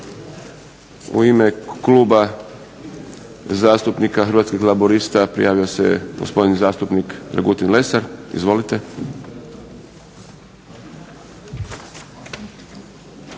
U ime Kluba zastupnika Hrvatskih laburista prijavio se gospodin zastupnik Dragutin Lesar. Izvolite.